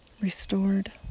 restored